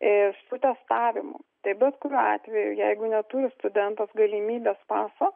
ir su testavimu tai bet kuriuo atveju jeigu neturi studentas galimybės paso